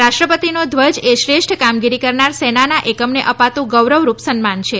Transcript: રાષ્ટ્રપતિનો ધ્વજ એ શ્રેષ્ઠ કામગીરી કરનાર સેનાના એકમમને અપાતું ગૌરવરૂપ સન્માન છે